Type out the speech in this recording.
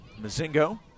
Mazingo